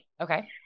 Okay